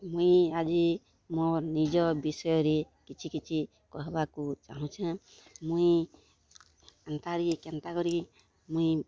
ମୁଇଁ ଆଜି ମୋର୍ ନିଜର୍ ବିଷୟରେ କିଛି କିଛି କହେବାକୁ ଚାହୁଁଛେଁ ମୁଇଁ ଏନ୍ତା କରି କେନ୍ତା କରି ମୁଇଁ